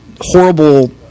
horrible